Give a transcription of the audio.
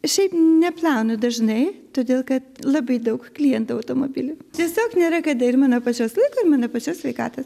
šiaip neplaunu dažnai todėl kad labai daug klientų automobilių tiesiog nėra kada ir mano pačios laiko ir mano pačios sveikatos